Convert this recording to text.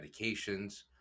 medications